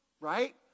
Right